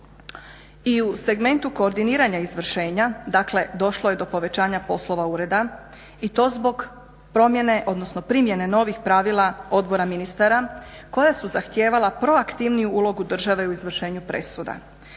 I u segmentu koordiniranja izvršenja, dakle došlo je do povećanja poslova Ureda i to zbog promjene, odnosno primjene novih pravila Odbora ministara koja su zahtijevala proaktivniju ulogu države u izvršenju presuda.